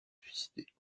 suicider